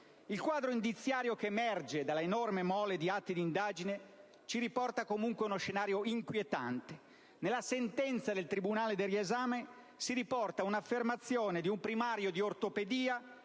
Il quadro indiziario che emerge dalle enorme mole di atti d'indagine ci riporta comunque ad uno scenario inquietante. Nella sentenza del tribunale del riesame si riporta un'affermazione di un primario di ortopedia,